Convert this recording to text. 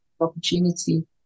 opportunity